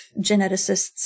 geneticists